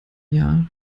jahr